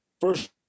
first